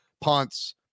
punts